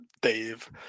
Dave